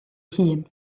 hun